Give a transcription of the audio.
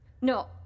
No